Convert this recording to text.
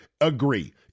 agree